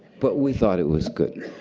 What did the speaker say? but we thought it was good.